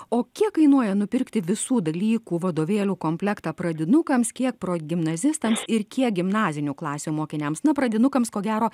o kiek kainuoja nupirkti visų dalykų vadovėlių komplektą pradinukams kiek progimnazistams ir kiek gimnazinių klasių mokiniams na pradinukams ko gero